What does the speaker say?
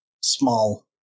small